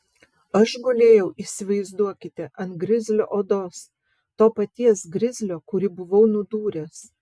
aš gulėjau įsivaizduokite ant grizlio odos to paties grizlio kurį buvau nudūręs